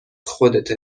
خودته